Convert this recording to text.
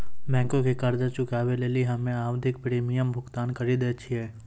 बैंको के कर्जा चुकाबै लेली हम्मे आवधिक प्रीमियम भुगतान करि दै छिये